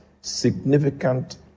significant